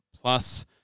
plus